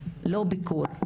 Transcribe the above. לא ביקור.